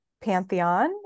pantheon